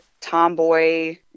tomboy